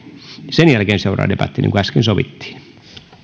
sen jälkeen seuraa debatti niin kuin äsken sovittiin